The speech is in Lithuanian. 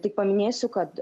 tik paminėsiu kad